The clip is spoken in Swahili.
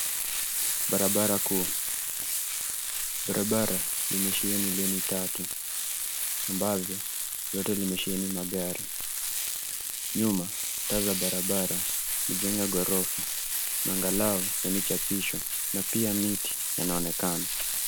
Barabara kuu. Bararaba yenye imesheheni laini tatu ambazo zote ni zimesheheni magari. Nyuma taa za barabara, mijengo ya ghorofa, na ngalau zenye chapisho na pia miti inaonekana.